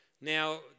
Now